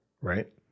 right